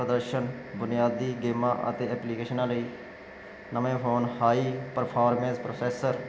ਪ੍ਰਦਰਸ਼ਨ ਬੁਨਿਆਦੀ ਗੇਮਾਂ ਅਤੇ ਐਪਲੀਕੇਸ਼ਨਾਂ ਲਈ ਨਵੇਂ ਫੋਨ ਹਾਈ ਪਰਫੋਰਮੈਂਸ ਪ੍ਰੋਫੈਸਰ